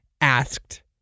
asked